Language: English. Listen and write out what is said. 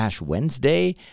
Wednesday